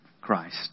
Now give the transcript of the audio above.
Christ